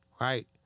right